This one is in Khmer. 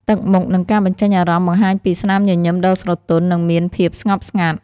ទឹកមុខ និងការបញ្ចេញអារម្មណ៍បង្ហាញពី ស្នាមញញឹមដ៏ស្រទន់ និងមានភាពស្ងប់ស្ងាត់។